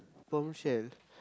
Bombshell